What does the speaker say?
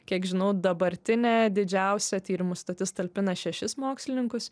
kiek žinau dabartinė didžiausia tyrimų stotis talpina šešis mokslininkus